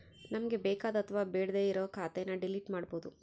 ನಮ್ಗೆ ಬೇಕಾದ ಅಥವಾ ಬೇಡ್ಡೆ ಇರೋ ಖಾತೆನ ಡಿಲೀಟ್ ಮಾಡ್ಬೋದು